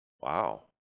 Wow